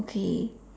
okay